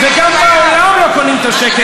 ולא תהיה ה-one state,